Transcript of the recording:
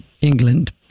England